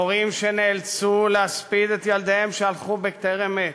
הורים שנאלצו להספיד את ילדיהם שהלכו בטרם עת.